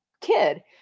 kid